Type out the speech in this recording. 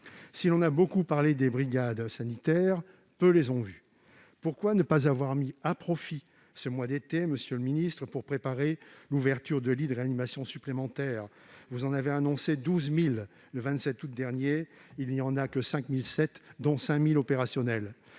Si l'on a beaucoup parlé des brigades sanitaires, peu les ont vues. Pourquoi ne pas avoir mis à profit ce mois d'été pour préparer l'ouverture de lits de réanimation supplémentaires ? Vous en avez annoncé 12 000 le 27 août dernier ; il n'y en a que 5 700, dont 5 000 sont opérationnels.